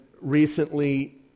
recently